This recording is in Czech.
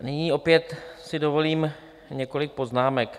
Nyní opět si dovolím několik poznámek.